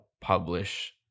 publish